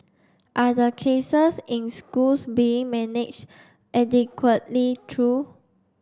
are the cases in schools being managed adequately through